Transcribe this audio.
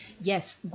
Yes